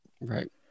Right